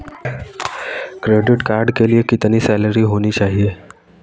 Credit card के लिए कितनी सैलरी होनी चाहिए?